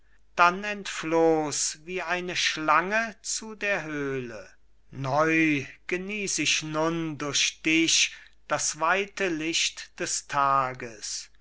dann entfloh's wie eine schlange zu der höhle neu genieß ich nun durch dich das weite licht des tages